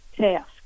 task